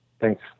Thanks